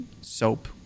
soap